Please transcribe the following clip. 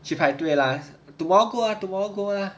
去排队 lah tomorrow go lah tomorrow go lah